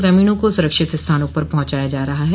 ग्रामीणों को सुरक्षित स्थानों पर पहुंचाया जा रहा है